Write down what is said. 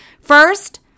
First